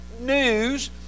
news